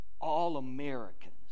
All-Americans